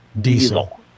diesel